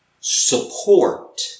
support